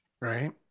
Right